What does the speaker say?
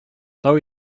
тау